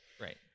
Right